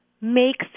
makes